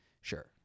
Sure